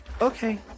okay